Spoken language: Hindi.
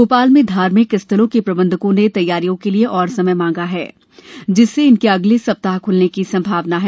भोपाल में धार्मिक स्थलों के प्रबंधकों ने तैयारियों के लिए और समय मांगा है जिससे इनके अगले सप्ताह खुलने की संभावना है